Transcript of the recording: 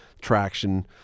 traction